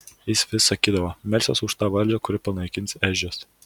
jis vis sakydavo melsiuos už tą valdžią kuri panaikins ežias